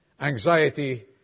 Anxiety